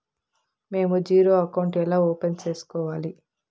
మేము zero account ఎలా open సేసుకోవాలి